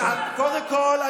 רק שנייה, אלמוג.